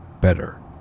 better